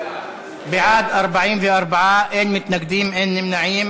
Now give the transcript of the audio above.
ברכב ששימש לנסיעה